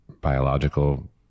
biological